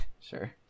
Sure